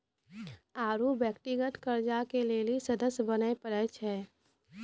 आरु व्यक्तिगत कर्जा के लेली सदस्य बने परै छै